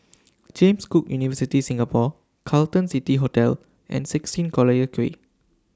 James Cook University Singapore Carlton City Hotel and sixteen Collyer Quay